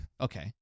Okay